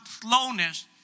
slowness